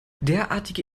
derartige